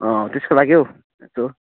अँ त्यसको लागि हौ यसो